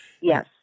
Yes